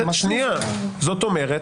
זאת אומרת,